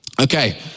Okay